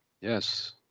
yes